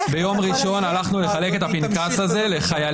ובכוונתי להמשיך ולעקוב אחרי העניין הזה ולבוא